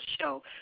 Show